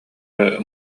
эрэ